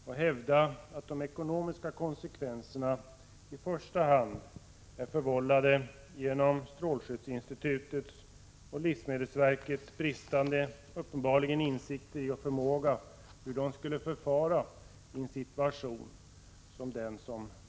Jag hävdar att de ekonomiska konsekvenserna i första hand är förvållade genom strålskyddsinstitutets och livsmedelsverkets uppenbarligen bristande insikter i hur de skulle förfara i en situation som denna.